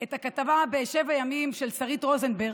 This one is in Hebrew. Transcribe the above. את הכתבה את הכתבה ב-7 ימים של שרית רוזנבלום,